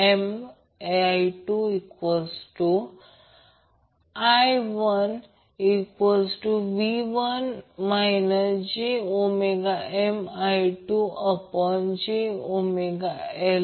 तर प्रत्यक्षात 12 CVmax 2 12 LI max2 या वरून Q0 RL ω0 R 1ω0 CR असे लिहिता येईल